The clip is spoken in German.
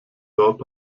dort